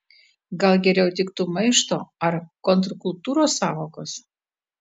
gal geriau tiktų maišto ar kontrkultūros sąvokos